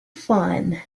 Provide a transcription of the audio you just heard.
fun